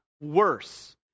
worse